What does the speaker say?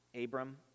Abram